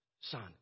Son